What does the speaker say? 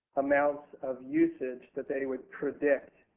amounts of usage that they would predict